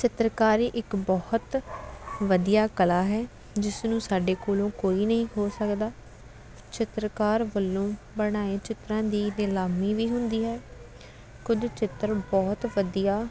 ਚਿੱਤਰਕਾਰੀ ਇੱਕ ਬਹੁਤ ਵਧੀਆ ਕਲਾ ਹੈ ਜਿਸ ਨੂੰ ਸਾਡੇ ਕੋਲੋਂ ਕੋਈ ਨਹੀਂ ਖੋਹ ਸਕਦਾ ਚਿੱਤਰਕਾਰ ਵੱਲੋਂ ਬਣਾਏ ਚਿੱਤਰਾਂ ਦੀ ਨਿਲਾਮੀ ਵੀ ਹੁੰਦੀ ਹੈ ਕੁਝ ਚਿੱਤਰ ਬਹੁਤ ਵਧੀਆ